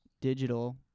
digital